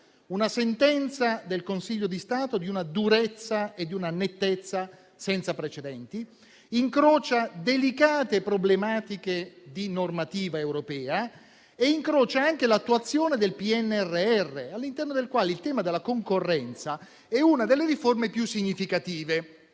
una sentenza del Consiglio di Stato di una durezza e di una nettezza senza precedenti; incrocia delicate problematiche di normativa europea e incrocia anche l'attuazione del PNRR, all'interno del quale il tema della concorrenza è una delle riforme più significative.